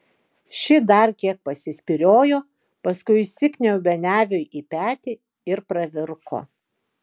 ši dar kiek pasispyriojo paskui įsikniaubė neviui į petį ir pravirko